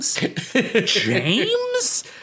James